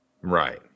Right